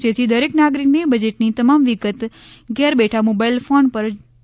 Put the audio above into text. જેથી દરેક નાગરિકને બજેટની તમામ વિગત ઘેર બેઠાં મોબાઇલ ફોન પર જોવા મળશે